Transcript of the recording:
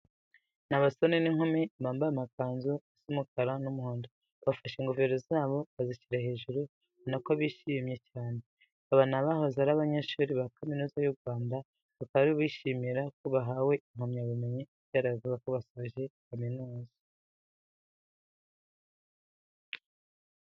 Ni abasore n'inkumi bambaye amakanzu asa umukara n'umuhondo, bafashe ingofero zabo bazishyira hejuru, ubona ko bishimye cyane. Abi ni abahoze ari abanyeshuri ba Kaminuza y'u Rwanda, bakaba bari kwishimira ko bahawe impamyabumenyu igaragaza ko basoje kaminuza.